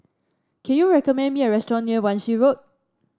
can you recommend me a restaurant near Wan Shih Road